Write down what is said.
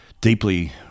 deeply